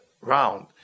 round